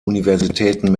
universitäten